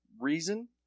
reason